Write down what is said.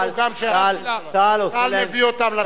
צה"ל מביא אותם ל"סהרונים".